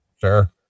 Sure